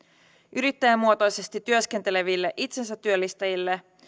yrittäjämuotoisesti työskenteleville itsensätyöllistäjille